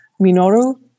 Minoru